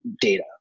Data